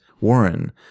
Warren